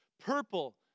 Purple